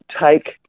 take